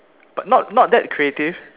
but not not that creative